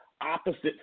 opposite